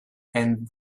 and